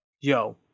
Yo